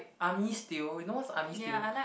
army stew you know what's army stew